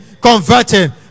converting